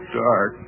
dark